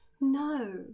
No